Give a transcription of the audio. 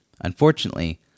Unfortunately